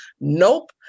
nope